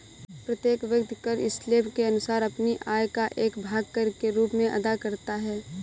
प्रत्येक व्यक्ति कर स्लैब के अनुसार अपनी आय का एक भाग कर के रूप में अदा करता है